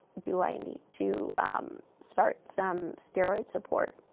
do i need to start some steroid support?